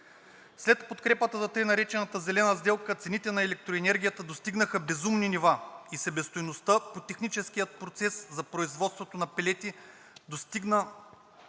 След подкрепата на тъй наречената зелена сделка цените на електроенергията достигнаха безумни нива и себестойността по техническия процес за производството на пелети достигна